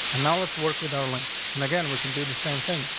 and now let's work with our links. and again, we can do the same thing.